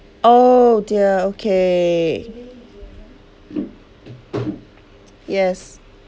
oh dear okay yes